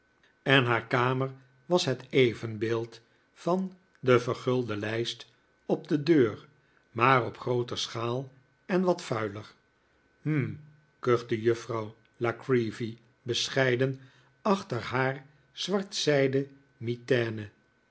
en haar kamer was het evenbeeld van de vergulde lijst op de deur maar op grooter schaal en wat vuiler hm kuchte juffrouw la creevy bescheiden achter haar zwart zijden mitaine